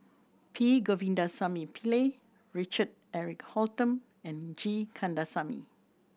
P Govindasamy Pillai Richard Eric Holttum and G Kandasamy